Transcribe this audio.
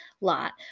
lot